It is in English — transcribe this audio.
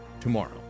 tomorrow